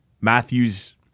Matthews